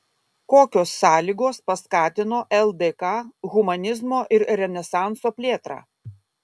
kokios sąlygos paskatino ldk humanizmo ir renesanso plėtrą